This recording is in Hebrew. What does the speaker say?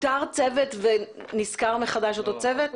פוטר צוות ונשכר מחדש אותו צוות?